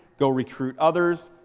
go recruit others.